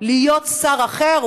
להיות שר אחר,